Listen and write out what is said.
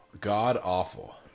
god-awful